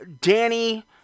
Danny